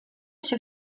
się